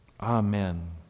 Amen